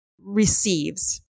receives